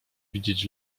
widzieć